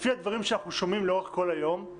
לפי הדברים שאנחנו שומעים לאורך כל היום,